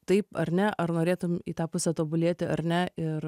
taip ar ne ar norėtum į tą pusę tobulėti ar ne ir